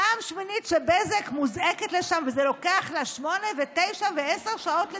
פעם שמינית שבזק מוזעקת לשם וזה לוקח לה שמונה ותשע ועשר שעות לתקן.